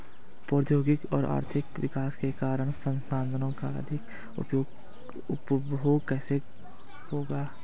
प्रौद्योगिक और आर्थिक विकास के कारण संसाधानों का अधिक उपभोग कैसे हुआ है?